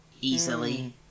easily